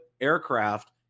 aircraft